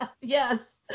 Yes